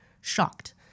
shocked